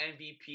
MVP